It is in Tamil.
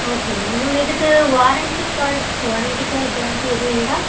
ஓகே மேம் மேம் இதுக்கு warranty card warranty card guarantee எதுவும் உண்டா